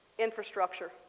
infrastructure.